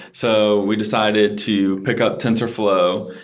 so we decided to pick up tensorflow,